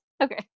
Okay